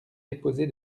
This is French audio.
déposé